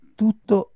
tutto